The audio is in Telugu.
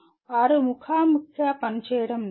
వారు ముఖాముఖిగా పనిచేయడం లేదు